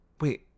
Wait